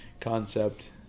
concept